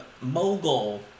mogul